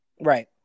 right